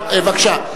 זה גם היהודים יגידו.